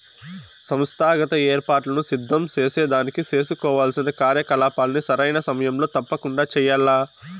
సంస్థాగత ఏర్పాట్లను సిద్ధం సేసేదానికి సేసుకోవాల్సిన కార్యకలాపాల్ని సరైన సమయంలో తప్పకండా చెయ్యాల్ల